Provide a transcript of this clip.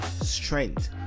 strength